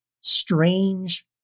strange